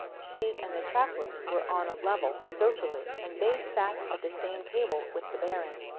she and the chaplain were on a level, socially, and they sat at the same table with the baron.